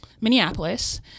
Minneapolis